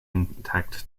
intact